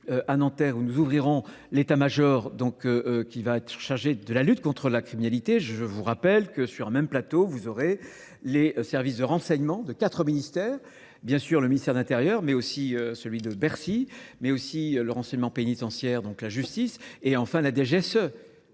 à Nanterre où nous ouvrirons l'Etat-major qui va être chargé de la lutte contre la criminalité. Je vous rappelle que sur un même plateau, vous aurez les services de renseignement de quatre ministères, bien sûr le ministère d'intérieur, mais aussi celui de Bercy, mais aussi le renseignement pénitentiaire, donc la justice, et enfin la DGSE,